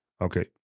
Okay